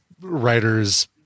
writers